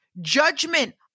judgment